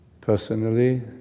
personally